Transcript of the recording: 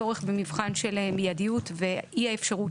הצורך במבחן של מידיות ואי האפשרות